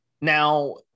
Now